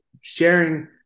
sharing